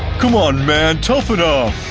come ah and man, toughen up!